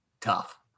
tough